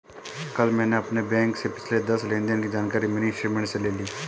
कल मैंने अपने बैंक से पिछले दस लेनदेन की जानकारी मिनी स्टेटमेंट से ली